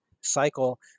cycle